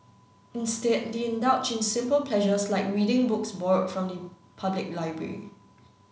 instead they indulge in simple pleasures like reading books borrowed from the public library